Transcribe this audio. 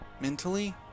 Mentally